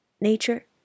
Nature